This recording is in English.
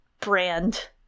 brand